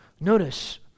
Notice